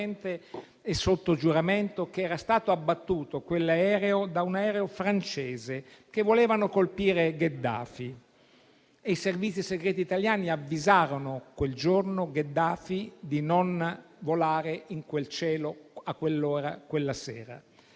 e sotto giuramento che quell'aereo era stato abbattuto da un aereo francese e che volevano colpire Gheddafi, e i servizi segreti italiani avvisarono quel giorno Gheddafi di non volare in quel cielo, a quell'ora, quella sera.